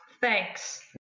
Thanks